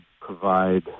provide